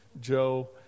Joe